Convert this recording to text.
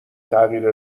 تغییر